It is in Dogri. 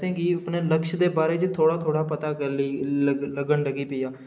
असेंगी अपने लक्ष्य दे बारे च थोड़ा थोह्ड़ा पता करी लेई लग्गन लगी पेआ